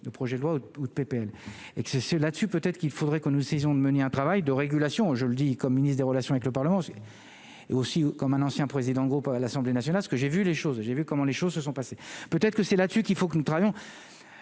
le projet de loi ou PPL et que c'est, c'est là-dessus, peut-être qu'il faudrait qu'on nous ayons de mener un travail de régulation, je le dis comme ministre des Relations avec le Parlement, j'ai et aussi comme un ancien président groupe à l'Assemblée nationale, ce que j'ai vu les choses et j'ai vu comment les choses se sont passées, peut-être que c'est là-dessus qu'il faut que nous travaillons,